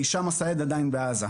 הישאם אלסייד עדין בעזה.